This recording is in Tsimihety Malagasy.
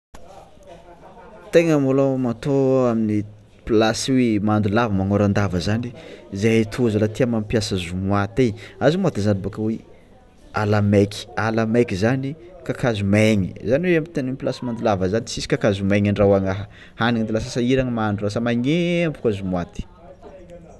Tegna môlô matô amin'ny plasy hoe mando lava mangnôrandava zany zey toa zala tia mampiasa hazo maty hazo moaty zany ala meky ala meky zany kakazo maegny tany amin'ny plasy mando lava zany tsisy kakazo megny andrahona hagniny de lasa sahiragna de lasa magnemboko hazo moaty.